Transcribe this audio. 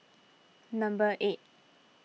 number eight